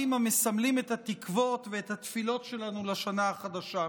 המסמלים את התקוות ואת התפילות שלנו לשנה החדשה.